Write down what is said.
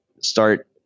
start